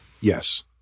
Yes